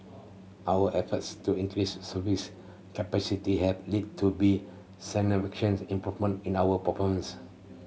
our efforts to service capacity have led to be significant improvement in our performance